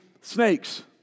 snakes